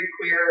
queer